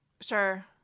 Sure